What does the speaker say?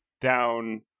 down